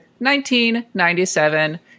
1997